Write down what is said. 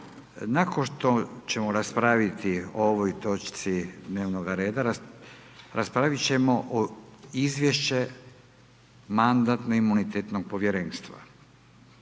Nakon što ćemo raspraviti o ovoj točci dnevnog reda, raspraviti ćemo o izvješće mandatno imunitetnog povjerenstva.